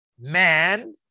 man